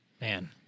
Man